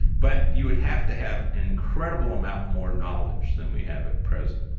but you would have to have an incredible amount more knowledge than we have at present.